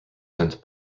sent